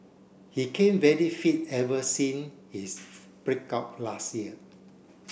he came very fit ever since his break up last year